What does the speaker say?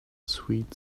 sweet